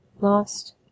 lost